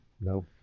no